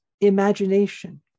imagination